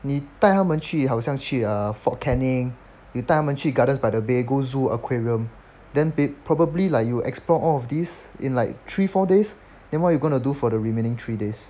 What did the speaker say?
你带他们去好像去 fort canning 你带他们去 gardens by the bay go zoo aquarium then they probably like you explore all of these in like three four days then what you gonna do for the remaining three days